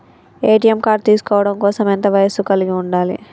ATM card తీసుకోవడం కోసం ఎంత వయస్సు కలిగి ఉండాలి?